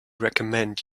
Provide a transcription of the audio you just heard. recommend